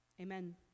Amen